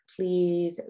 please